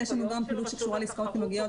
יש לנו גם פעילות שקשורה לעסקאות שמגיעות